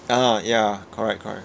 ah ya correct correct